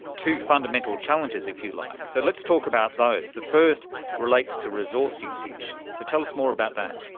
two fundamental challenges if you like. so let's talk about those. the first relates to resources usage. so tell us more about that.